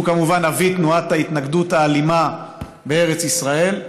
שהוא כמובן אבי תנועת ההתנגדות האלימה בארץ ישראל,